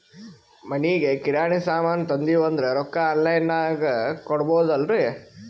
ಮನಿಗಿ ಕಿರಾಣಿ ಸಾಮಾನ ತಂದಿವಂದ್ರ ರೊಕ್ಕ ಆನ್ ಲೈನ್ ದಾಗ ಕೊಡ್ಬೋದಲ್ರಿ?